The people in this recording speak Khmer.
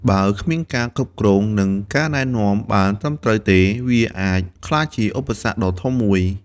បើគ្មានការគ្រប់គ្រង និងការណែនាំបានត្រឹមត្រូវទេ វាអាចក្លាយជាឧបសគ្គដ៏ធំមួយ។